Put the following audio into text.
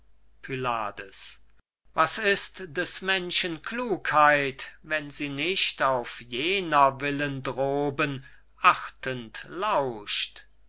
pylades was ist des menschen klugheit wenn sie nicht auf jener willen droben achtend lauscht